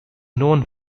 known